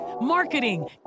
marketing